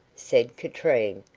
said katrine,